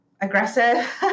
aggressive